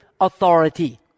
authority